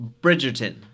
Bridgerton